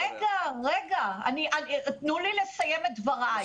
רגע, תנו לי לסיים את דבריי.